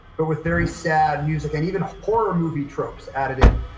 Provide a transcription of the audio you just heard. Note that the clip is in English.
but with very sad music and even horror movie tropes added in.